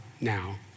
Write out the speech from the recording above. now